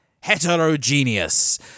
heterogeneous